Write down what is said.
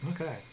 Okay